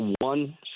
one